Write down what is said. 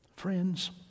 Friends